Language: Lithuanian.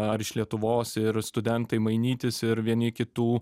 ar iš lietuvos ir studentai mainytis ir vieni kitų